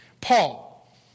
Paul